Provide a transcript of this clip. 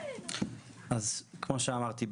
אז כמו שאמרתי,